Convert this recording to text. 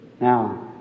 Now